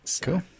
Cool